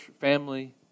family